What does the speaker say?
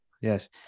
yes